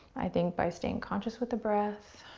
i think by staying conscious with the breath